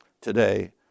today